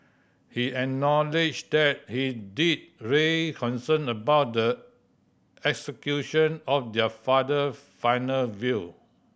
he acknowledged that he did raise concern about the execution of their father final will